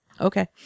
okay